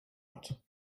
hat